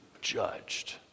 judged